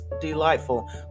delightful